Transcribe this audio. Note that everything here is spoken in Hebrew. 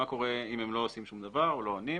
מה קורה אם הם לא עושים שום דבר או אם הם לא עונים,